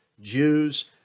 Jews